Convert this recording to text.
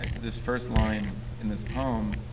ah this first line in this poem